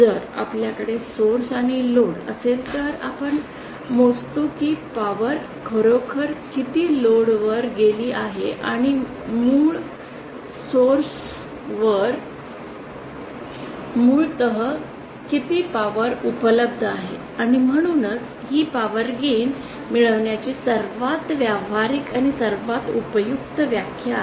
जर आपल्याकडे सोर्स आणि लोड असेल तर आपण मोजतो की पॉवर खरोखर किती लोड वर गेली आहे आणि मूळ सोर्स वर मूळतः किती पॉवर उपलब्ध आहे आणि म्हणूनच ही पॉवर गेन मिळवण्याची सर्वात व्यावहारिक आणि सर्वात उपयुक्त व्याख्या आहे